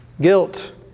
Guilt